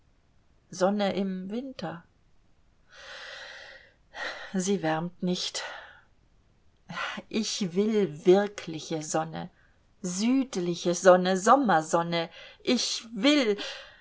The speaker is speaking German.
sonne im winter sie wärmt nicht ich will wirkliche sonne südliche sonne sommersonne ich will